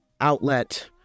outlet